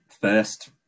first